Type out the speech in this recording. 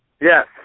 Yes